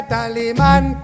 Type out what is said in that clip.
Tallyman